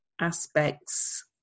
aspects